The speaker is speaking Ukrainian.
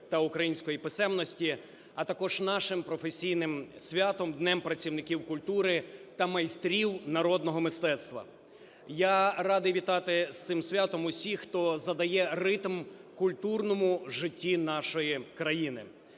та української писемності, а також нашим професійним святом – Днем працівників культури та майстрів народного мистецтва. Я радий вітати з цим святом усіх, хто задає ритм культурному життю нашої країни.